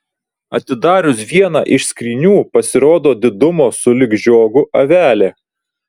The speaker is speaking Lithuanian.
atidarius vieną iš skrynių pasirodo didumo sulig žiogu avelė